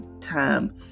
time